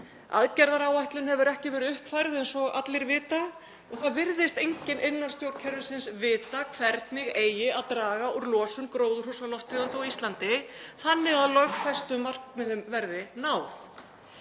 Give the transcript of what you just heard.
Aðgerðaáætlun hefur ekki verið uppfærð eins og allir vita og það virðist enginn innan stjórnkerfisins vita hvernig eigi að draga úr losun gróðurhúsalofttegunda á Íslandi þannig að lögfestum markmiðum verði náð.